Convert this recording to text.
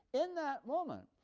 in that moment,